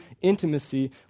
intimacy